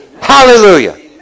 Hallelujah